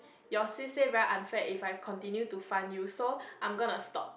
your sis say very unfair if I continue to fund you so I'm gonna stop